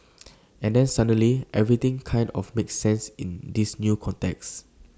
and then suddenly everything kind of makes sense in this new context